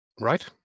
right